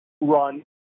run